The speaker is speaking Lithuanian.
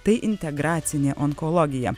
tai integracinė onkologija